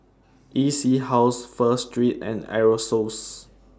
E C House Pho Street and Aerosoles